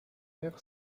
air